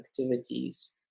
activities